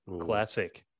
classic